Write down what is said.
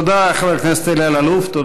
תודה לחבר הכנסת אלי אלאלוף.